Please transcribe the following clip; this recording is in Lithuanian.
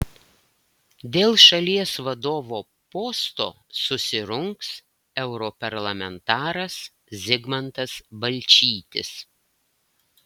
dėl šalies vadovo posto susirungs europarlamentaras zigmantas balčytis